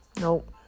nope